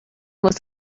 was